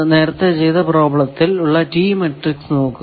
നേരത്തെ ചെയ്ത പ്രോബ്ലത്തിൽ ഉള്ള ടീ മാട്രിക്സ് നോക്കുക